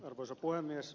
arvoisa puhemies